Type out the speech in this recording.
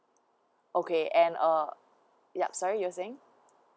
okay and uh yup sorry you were saying